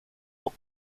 were